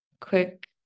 quick